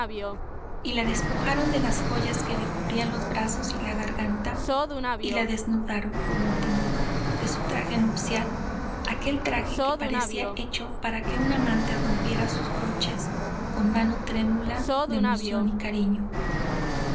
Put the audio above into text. y la despojaron de las joyas que le cubrían los brazos y la garganta y la desnudaron por último de su traje nupcial aquel traje que parecía hecho para que un amante rompiera sus broches con mano trémula de emoción y cariño